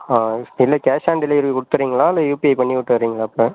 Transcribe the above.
ஆ இப்போ cash on delivery கொடுத்திறிங்கில்லா இல்லை யூபிஐ பண்ணி விட்டிர்றிங்கல்லா இப்போ